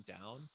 down